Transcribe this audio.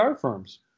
firms